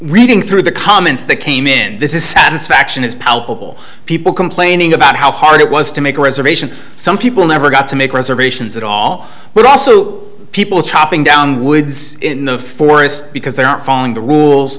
reading through the comments that came in this is satisfaction is palpable people complaining about how hard it was to make a reservation some people never got to make reservations at all but also people chopping down woods in the forest because they're not following the rules